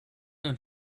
den